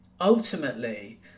ultimately